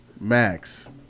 Max